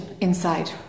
inside